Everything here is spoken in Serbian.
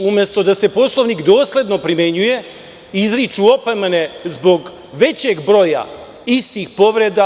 Umesto da se Poslovnik dosledno primenjuje izriču se opomene zbog većeg broja istih povreda.